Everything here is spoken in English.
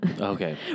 Okay